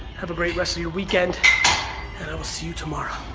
have a great rest of your weekend and i will see you tomorrow.